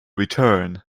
return